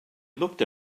looked